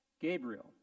gabriel